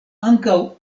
ankaŭ